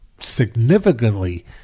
significantly